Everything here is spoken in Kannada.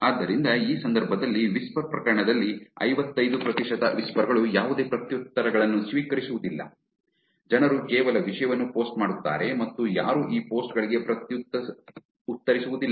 ಆದ್ದರಿಂದ ಈ ಸಂದರ್ಭದಲ್ಲಿ ವಿಸ್ಪರ್ ಪ್ರಕರಣದಲ್ಲಿ ಐವತ್ತೈದು ಪ್ರತಿಶತ ವಿಸ್ಪರ್ ಗಳು ಯಾವುದೇ ಪ್ರತ್ಯುತ್ತರಗಳನ್ನು ಸ್ವೀಕರಿಸುವುದಿಲ್ಲ ಜನರು ಕೇವಲ ವಿಷಯವನ್ನು ಪೋಸ್ಟ್ ಮಾಡುತ್ತಾರೆ ಮತ್ತು ಯಾರೂ ಈ ಪೋಸ್ಟ್ ಗಳಿಗೆ ಪ್ರತ್ಯುತ್ತರಿಸುವುದಿಲ್ಲ